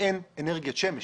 אין אנרגיית שמש,